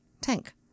Tank